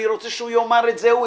אני רוצה שהוא יאמר את זה הוא,